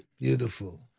beautiful